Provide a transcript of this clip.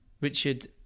Richard